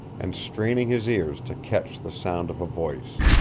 and straining his ears to catch the sound of a voice.